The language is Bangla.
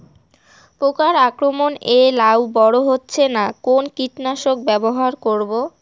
পোকার আক্রমণ এ লাউ বড় হচ্ছে না কোন কীটনাশক ব্যবহার করব?